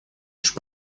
лишь